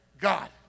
God